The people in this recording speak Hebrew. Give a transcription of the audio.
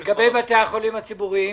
מה לגבי בתי החולים הציבוריים?